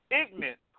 ignorant